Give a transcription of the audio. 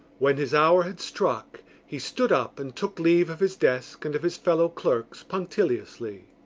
when his hour had struck he stood up and took leave of his desk and of his fellow-clerks punctiliously.